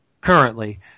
currently